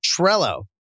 Trello